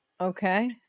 Okay